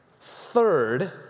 Third